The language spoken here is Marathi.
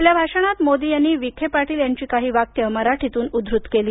आपल्या भाषणात नरेंद्र मोदी यांनी विखे पाटील यांची काही वाक्ये मराठीतून उद्दुत केली